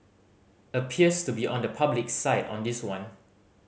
appears to be on the public's side on this one